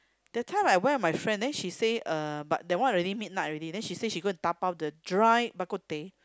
that time I went with my friend then she say uh but that one already midnight already then she say she go dabao the dry Bak-kut-teh